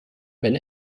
wenn